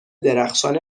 درخشان